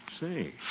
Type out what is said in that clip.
Say